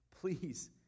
Please